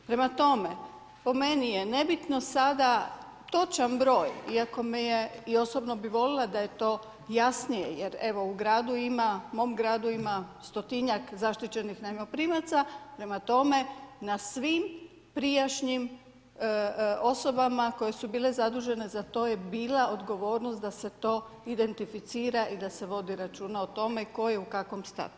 Prema tome, po meni je nebitno sada točan broj iako bi i osobno voljela da je to jasnije jer evo u gradu ima, mom gradu ima 100 zaštićenih najmoprimaca, prema tome na svim prijašnjim osobama koje su bile zadužene za to je bila odgovornost za to da se to identificira i da se vodi računa o tome, tko je i u kakvom statusu.